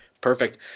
Perfect